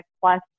plus